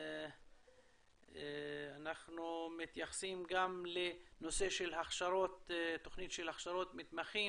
אנחנו מתייחסים גם לנושא של תוכנית הכשרות מתמחים,